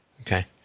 Okay